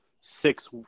six